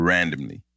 Randomly